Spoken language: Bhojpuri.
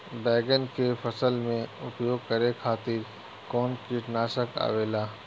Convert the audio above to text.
बैंगन के फसल में उपयोग करे खातिर कउन कीटनाशक आवेला?